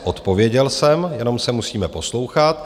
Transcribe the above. Odpověděl jsem, jenom se musíme poslouchat.